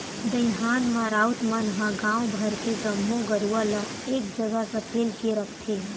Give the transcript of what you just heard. दईहान म राउत मन ह गांव भर के जम्मो गरूवा ल एक जगह सकेल के रखथे